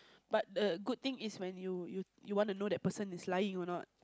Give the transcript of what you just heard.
but a good thing is when you you you wanna know that person is lying or not